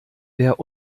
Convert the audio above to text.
wer